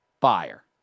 Fire